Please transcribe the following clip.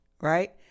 Right